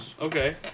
Okay